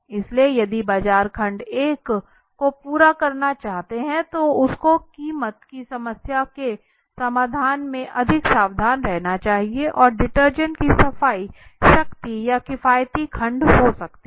इसलिए यदि बाजार खंड 1 को पूरा करना चाहता है तो उसको कीमत की समस्या के समाधान में अधिक सावधान रहना चाहिए और डिटर्जेंट की सफाई शक्ति यह किफायती खंड हो सहती है